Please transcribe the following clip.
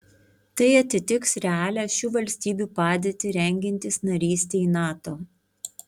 tai atitiks realią šių valstybių padėtį rengiantis narystei nato